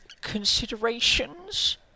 considerations